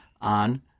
on